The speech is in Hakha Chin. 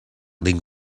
ding